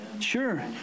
sure